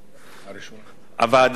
הוועדה תיקנה והוסיפה,